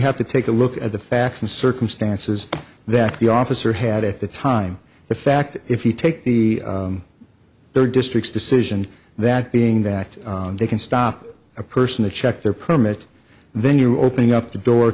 have to take a look at the facts and circumstances that the officer had at the time the fact if you take the their districts decision that being that they can stop a person to check their permit then you open up the door